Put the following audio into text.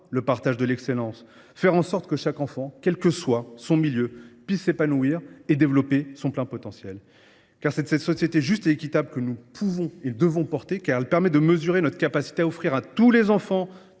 le partage de l’excellence, pour que chaque enfant, quel que soit son milieu, puisse s’épanouir et développer son plein potentiel. C’est cette société juste et équitable que nous devons défendre, car elle permet de mesurer notre capacité d’offrir à tous les enfants